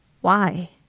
Why